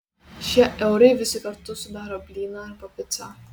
šie eurai visi kartu sudaro blyną arba picą